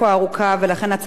ולכן הצעת החוק